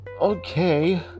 okay